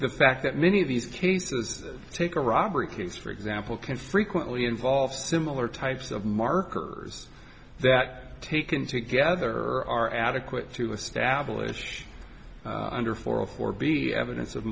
the fact that many of these cases take a robbery case for example can frequently involve similar types of markers that taken together are adequate to establish under for a for be evidence of